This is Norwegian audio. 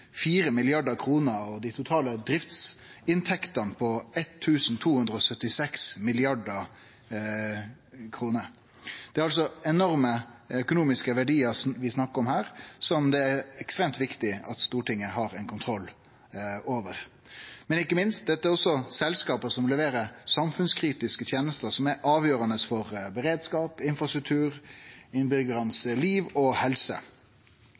og dei totale driftsinntektene på 1 276 mrd. kr. Det er altså enorme økonomiske verdiar vi snakkar om her, som det er ekstremt viktig at Stortinget har kontroll over. Men ikkje minst: Dette er også selskap som leverer samfunnskritiske tenester som er avgjerande for beredskap, for infrastruktur og for liv og helse